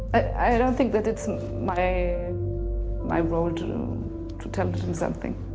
i don't think that it's my my role to to tell him something.